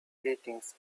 greetings